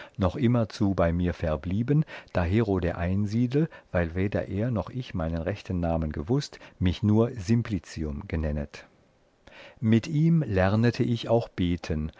noch immerzu bei mir verblieben dahero der einsiedel weil weder er noch ich meinen rechten namen gewußt mich nur